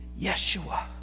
Yeshua